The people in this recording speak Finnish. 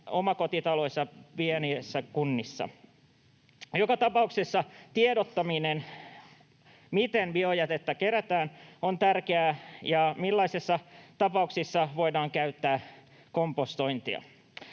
omakotitaloja pienissä kunnissa. Joka tapauksessa on tärkeää tiedottaminen siitä, miten biojätettä kerätään ja millaisissa tapauksissa voidaan käyttää kompostointia.